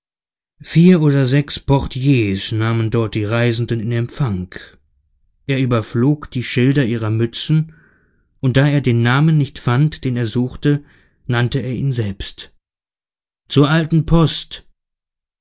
vier oder sechs portiers nahmen dort die reisenden in empfang er überflog die schilder ihrer mützen und da er den namen nicht fand den er suchte nannte er ihn selbst zur alten post